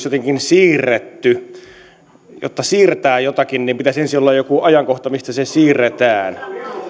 jotenkin siirretty jotta siirretään jotakin niin pitäisi ensin olla joku ajankohta mistä se siirretään